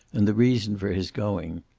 and the reason for his going.